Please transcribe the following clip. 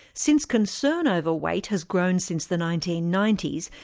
since concern over weight has grown since the nineteen ninety s,